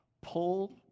Pull